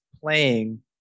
playing